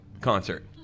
concert